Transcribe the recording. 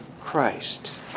Christ